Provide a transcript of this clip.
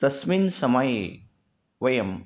तस्मिन् समये वयं